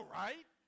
right